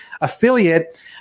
affiliate